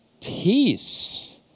peace